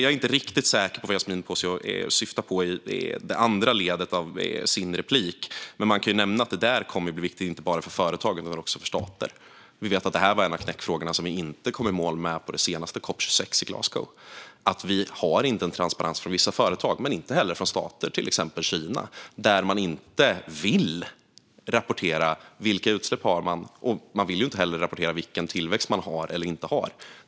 Jag är inte säker på vad Yasmine Posio syftar på i den andra delen av sin replik, men man kan ju nämna att det där kommer att bli viktigt inte bara för företag utan också för stater. Vi vet att det här var en av knäckfrågorna som vi inte kom i mål med på COP 26 i Glasgow. Vi har inte transparens från vissa företag men inte heller från stater. Det gäller till exempel Kina, som inte vill rapportera vilka utsläpp eller vilken tillväxt man har.